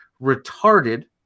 retarded